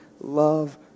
love